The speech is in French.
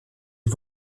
est